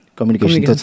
Communication